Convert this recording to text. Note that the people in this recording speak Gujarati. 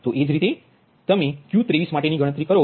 તો એ જ રીતે તમે Q23 માટેની ગણતરી કરો